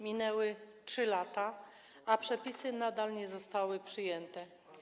Minęły 3 lata, a przepisy nadal nie zostały przyjęte.